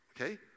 okay